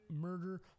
Murder